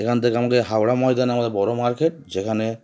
এখান থেকে আমাকে হাওড়া ময়দানে আমাদের বড়ো মার্কেট যেখানে